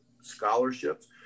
scholarships